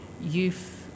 youth